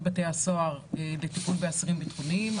בתי הסוהר לטיפול באסירים ביטחוניים.